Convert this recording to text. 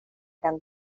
den